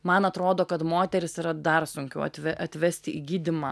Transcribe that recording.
man atrodo kad moterys yra dar sunkiau atve atvesti į gydymą